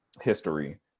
history